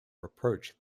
reproach